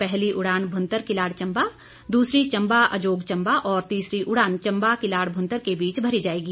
पहली उड़ान भूंतर किलाड़ चंबा दूसरी चंबा अजोग चंबा और तीसरी उड़ान चंबा किलाड़ भूंतर के बीच भरी जाएगी